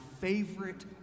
favorite